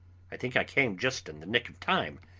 i think i came just in the nick of time.